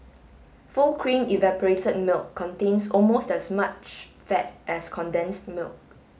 full cream evaporated milk contains almost as much fat as condensed milk